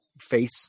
face